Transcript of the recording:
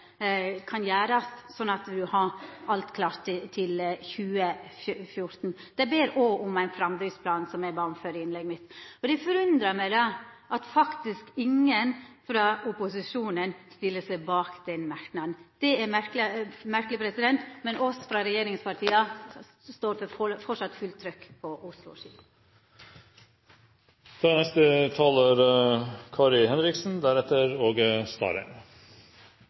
alt er klart til 2014. Ein ber òg om ein framdriftsplan, som eg snakka om tidlegare i innlegget mitt. Det forundrar meg at ingen frå opposisjonen stiller seg bak den merknaden. Det er merkeleg. Men me frå regjeringspartia står i alle fall på for fullt trykk på